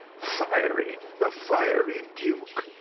fiery! the fiery duke!